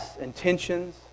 intentions